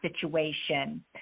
situation